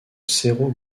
cerro